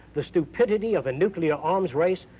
the stupidity of a nuclear arms race,